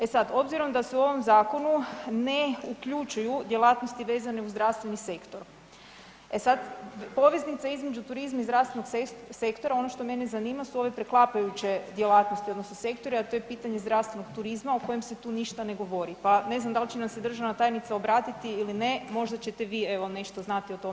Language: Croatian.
E sad, obzirom da se u ovom zakonu ne uključuju djelatnosti vezane uz zdravstveni sektor, e sad, poveznica između turizma i zdravstvenog sektora, ono što mene zanima su ove preklapajuće djelatnosti odnosno sektori a to je pitanje zdravstvenog turizma o kojem se tu ništa ne govori pa ne znam dal će nam se državna tajnica obratiti ili ne, možda ćete vi evo nešto znati o tome odgovoriti.